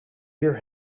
hear